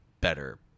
better